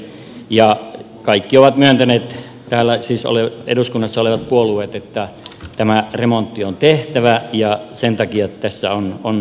ja kaikki ovat myöntäneet siis täällä eduskunnassa olevat puolueet että tämä remontti on tehtävä ja sen takia tässä on edettävä